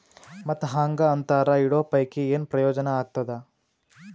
ಮತ್ತ್ ಹಾಂಗಾ ಅಂತರ ಇಡೋ ಪೈಕಿ, ಏನ್ ಪ್ರಯೋಜನ ಆಗ್ತಾದ?